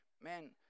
Man